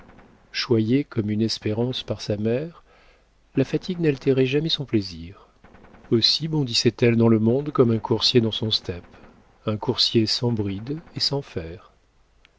choyée comme une espérance par sa mère la fatigue n'altérait jamais son plaisir aussi bondissait elle dans le monde comme un coursier dans son steppe un coursier sans bride et sans fers